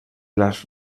las